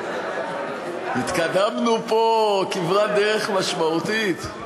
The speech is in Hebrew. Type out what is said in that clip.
התקדמנו פה כברת דרך משמעותית.